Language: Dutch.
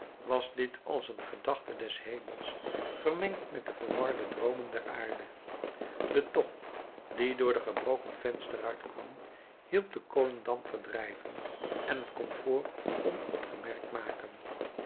was dit als een gedachte des hemels vermengd met de verwarde droomen der aarde de tocht die door de gebroken vensterruit kwam hielp den kolendamp verdrijven en het komfoor onopgemerkt maken